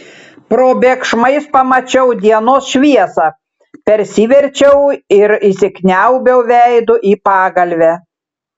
probėgšmais pamačiau dienos šviesą persiverčiau ir įsikniaubiau veidu į pagalvę